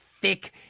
thick